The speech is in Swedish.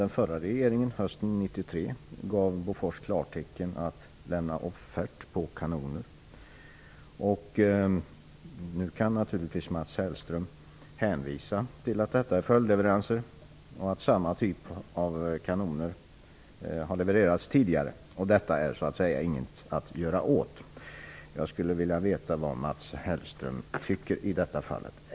Den förra regeringen gav hösten Nu kan naturligtvis Mats Hellström hänvisa till att detta är följdleveranser och att samma typ av kanoner levererats tidigare samt att man inte kan göra något åt det. Jag skulle vilja veta vad Mats Hellström tycker i detta fall.